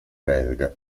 belga